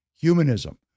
humanism